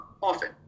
often